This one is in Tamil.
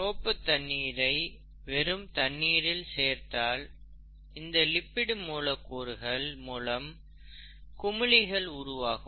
சோப்பு தண்ணீரை வெறும் தண்ணீரில் சேர்த்தால் இந்த லிபிட் மூலக்கூறுகள் மூலம் குமிழிகள் உருவாகும்